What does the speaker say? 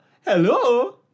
Hello